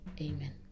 amen